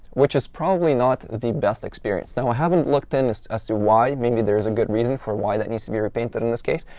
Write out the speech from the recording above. which is probably not the best experience. now, i haven't looked in as to why. maybe there's a good reason for why that needs to be repainted in this case.